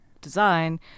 design